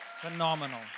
Phenomenal